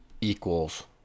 equals